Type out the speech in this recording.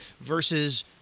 versus